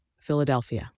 Philadelphia